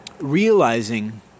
realizing